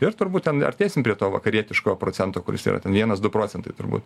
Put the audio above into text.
ir turbūt ten artėsim prie to vakarietiško procento kuris yra ten vienas du procentai turbūt